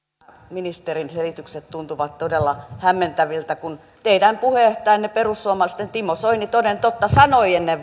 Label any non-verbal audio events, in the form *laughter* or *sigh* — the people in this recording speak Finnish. ministerin selitykset tuntuvat todella hämmentäviltä kun teidän puheenjohtajanne perussuomalaisten timo soini toden totta sanoi ennen *unintelligible*